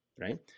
right